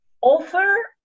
offer